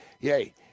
yay